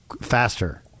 faster